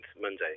Monday